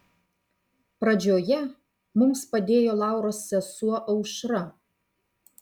pradžioje mums padėjo lauros sesuo aušra